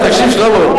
אתם רוצים להיות חברתיים.